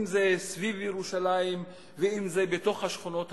אם סביב ירושלים ואם בתוך השכונות הערביות,